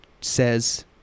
says